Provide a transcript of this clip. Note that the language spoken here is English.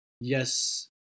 yes